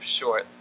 short